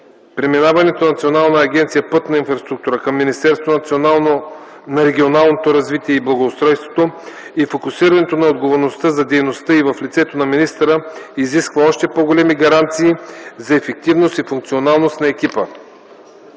Преминаването на Национална Агенция “Пътна инфраструктура” към Министерството на регионалното развитие и благоустройството и фокусирането на отговорността за дейността й в лицето на министъра изисква още по-големи гаранции за ефективност и функционалност на екипа.